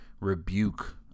rebuke